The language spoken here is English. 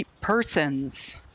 Persons